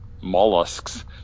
mollusks